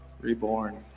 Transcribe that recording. Reborn